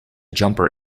jumper